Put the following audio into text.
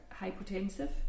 hypotensive